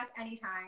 anytime